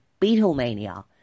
Beatlemania